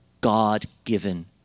God-given